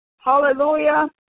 hallelujah